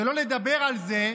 שלא לדבר על זה שאנחנו,